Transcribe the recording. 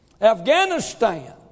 Afghanistan